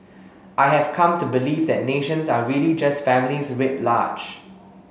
I have come to believe that nations are really just families writ large